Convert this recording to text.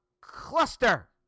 cluster